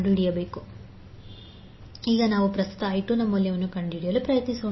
22° ಈಗ ನಾವು ಪ್ರಸ್ತುತ I2ನ ಮೌಲ್ಯವನ್ನು ಕಂಡುಹಿಡಿಯಲು ಪ್ರಯತ್ನಿಸೋಣ